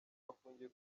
bafungiye